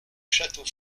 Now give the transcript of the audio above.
château